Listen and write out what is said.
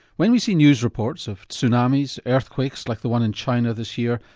when we see news reports of tsunamis, earthquakes like the one in china this year,